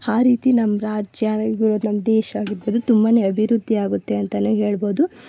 ಹಾ ರೀತಿ ನಮ್ಮ ರಾಜ್ಯ ನಮ್ಮ ದೇಶ ಆಗಿರಬೋದು ತುಂಬನೆ ಅಭಿವೃದ್ಧಿ ಆಗುತ್ತೆ ಅಂತೆಯೇ ಹೇಳ್ಬೋದು